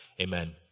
Amen